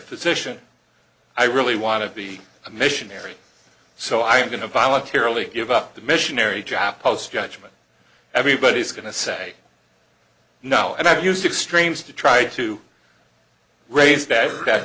physician i really want to be a missionary so i'm going to voluntarily give up the missionary draft post judgment everybody's going to say no and i used extremes to try to raise that